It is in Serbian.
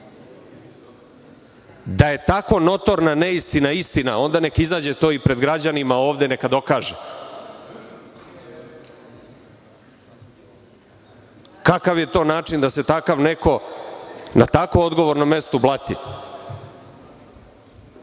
da je tako notorna neistina istina, onda neka izađe to i pred građanima ovde neka dokaže. Kakav je to način da se takav neko na tako odgovornom mestu blati?